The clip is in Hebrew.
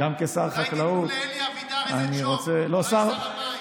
אולי תמנו שר מים?